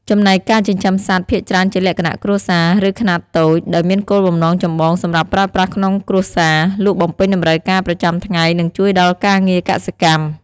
ចំណែកការចិញ្ចឹមសត្វ ភាគច្រើនជាលក្ខណៈ គ្រួសារ ឬ ខ្នាតតូច ដោយមានគោលបំណងចម្បងសម្រាប់ប្រើប្រាស់ក្នុងគ្រួសារ លក់បំពេញតម្រូវការប្រចាំថ្ងៃ និងជួយដល់ការងារកសិកម្ម។